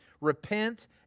repent